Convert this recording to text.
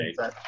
Okay